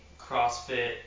CrossFit